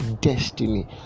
destiny